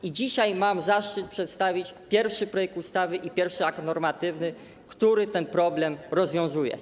I dzisiaj mam zaszczyt przedstawić pierwszy projekt ustawy, pierwszy akt normatywny, który ten problem rozwiązuje.